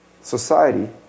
society